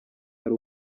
hari